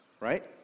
Right